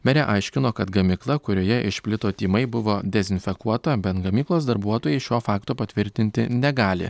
merė aiškino kad gamykla kurioje išplito tymai buvo dezinfekuota bet gamyklos darbuotojai šio fakto patvirtinti negali